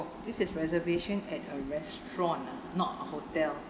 this is reservation at a restaurant ah not a hotel